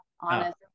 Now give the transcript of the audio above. honest